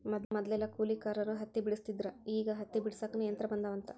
ಮದಲೆಲ್ಲಾ ಕೂಲಿಕಾರರ ಹತ್ತಿ ಬೆಡಸ್ತಿದ್ರ ಈಗ ಹತ್ತಿ ಬಿಡಸಾಕುನು ಯಂತ್ರ ಬಂದಾವಂತ